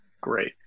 Great